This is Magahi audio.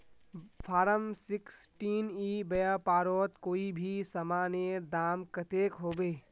फारम सिक्सटीन ई व्यापारोत कोई भी सामानेर दाम कतेक होबे?